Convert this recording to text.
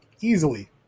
easily